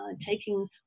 taking